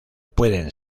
pueden